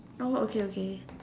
oh okay okay